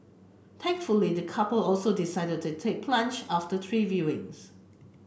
thankfully the couple also decided to take plunge after three viewings